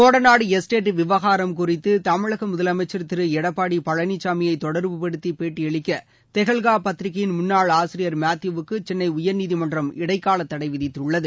Kodanad estate விவகாரம் குறித்து தமிழக முதலமைச்சள் திரு எடப்பாடி பழனிசாமியை தொடர்பு படுத்தி பேட்டியளிக்க தெஹல்கா பத்திரிக்கையின் முன்னாள் ஆசிரியர் மேத்யூ வுக்கு சென்னை உயர்நீதிமன்றம் இடைக்கால தடை விதித்துள்ளது